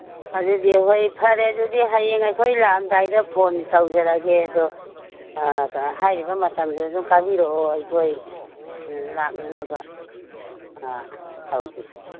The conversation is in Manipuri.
ꯑꯗꯨꯗꯤ ꯍꯣꯏ ꯐꯔꯦ ꯑꯗꯨꯗꯤ ꯍꯌꯦꯡ ꯑꯩꯈꯣꯏ ꯂꯥꯛꯑꯝꯗꯥꯏꯗ ꯐꯣꯟ ꯇꯧꯖꯔꯛꯑꯒꯦ ꯑꯗꯣ ꯍꯥꯏꯔꯤꯕ ꯃꯇꯝꯗꯨꯗ ꯑꯗꯨꯝ ꯀꯥꯕꯤꯔꯛꯑꯣ ꯑꯩꯈꯣꯏ ꯂꯥꯛꯅꯅꯕ ꯇꯧꯒꯦ